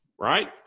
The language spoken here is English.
right